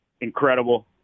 incredible